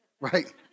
right